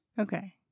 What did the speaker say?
Okay